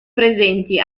presenti